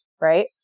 Right